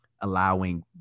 allowing